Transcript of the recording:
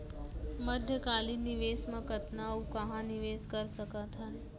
मध्यकालीन निवेश म कतना अऊ कहाँ निवेश कर सकत हन?